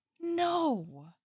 no